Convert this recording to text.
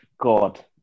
God